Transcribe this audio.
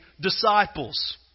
disciples